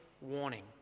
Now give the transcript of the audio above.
warning